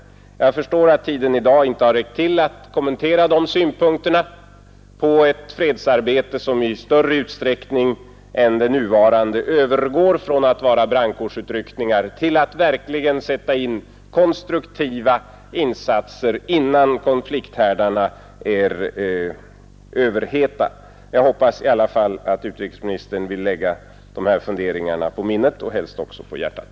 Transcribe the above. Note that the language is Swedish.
Jag förstår att tiden i dag inte har räckt till för att kommentera de synpunkterna på ett fredsarbete, som i större utsträckning än det nuvarande övergår från att vara brandkårsutryckningar till att verkligen sätta in konstruktiva insatser innan konflikthärdarna är överheta. Jag hoppas i alla fall att utrikesministern vill lägga de här funderingarna på minnet och helst också på hjärtat.